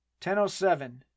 1007